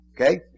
Okay